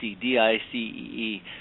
D-I-C-E-E